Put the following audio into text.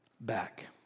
back